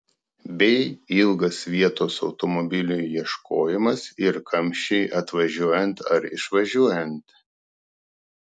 bei ilgas vietos automobiliui ieškojimas ir kamščiai atvažiuojant ar išvažiuojant